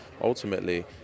ultimately